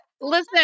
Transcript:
Listen